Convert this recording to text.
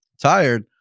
tired